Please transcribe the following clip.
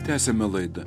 tęsiame laidą